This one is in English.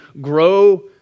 grow